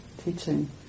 teaching